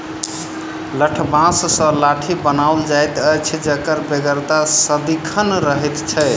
लठबाँस सॅ लाठी बनाओल जाइत अछि जकर बेगरता सदिखन रहैत छै